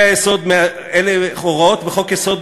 "הוראות בחוק-יסוד,